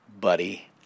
buddy